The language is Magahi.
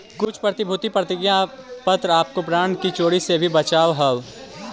कुछ प्रतिभूति प्रतिज्ञा पत्र आपको बॉन्ड की चोरी से भी बचावअ हवअ